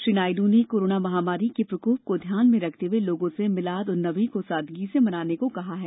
श्री नायडू ने कोरोना महामारी के प्रकोप को ध्यान में रखते हुए लोगों से मिलाद उन नबी को सादगी से मनाने को कहा है